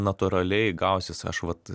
natūraliai gausis aš vat